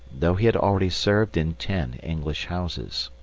though he had already served in ten english houses.